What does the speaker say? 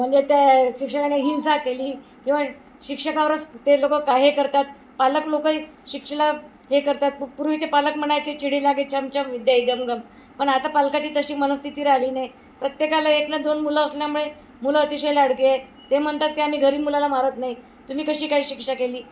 म्हणजे त्या शिक्षणाने हिंसा केली किंवा शिक्षकावरच ते लोकं का हे करतात पालक लोकंही शिक्षला हे करतात पू पूर्वीचे पालक म्हणायचे चिढी लागे छमछम विद्या ये घमघम पण आता पालकाची तशी मनस्थिती राहिली नाही प्रत्येकाला एक नं दोन मुलं असल्यामुळे मुलं अतिशय लाडके आहे ते म्हणतात ते आम्ही घरी मुलाला मारत नाही तुम्ही कशी काही शिक्षा केली